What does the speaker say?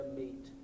meet